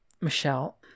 Michelle